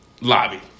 lobby